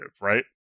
right